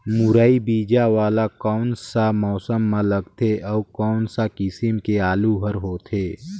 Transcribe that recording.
मुरई बीजा वाला कोन सा मौसम म लगथे अउ कोन सा किसम के आलू हर होथे?